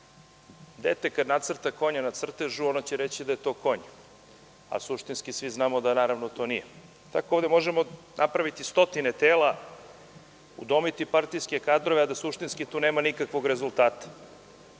Dete kada nacrta konja na crtežu, ono će reći da je to konj, a suštinski svi znamo da naravno to nije. Tako ovde možemo napraviti stotine tela, udomiti partijske kadrove, a da suštinski tu nema nikakvog rezultata. Postavlja